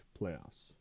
playoffs